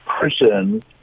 person